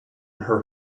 her